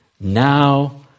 Now